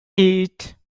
eight